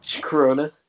Corona